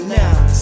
now